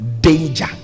danger